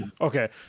Okay